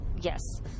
yes